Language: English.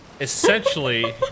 essentially